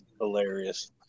hilarious